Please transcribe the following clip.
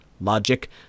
logic